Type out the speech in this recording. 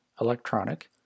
Electronic